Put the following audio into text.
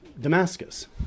Damascus